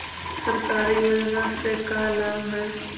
सरकारी योजना से का लाभ है?